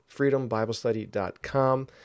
freedombiblestudy.com